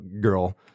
girl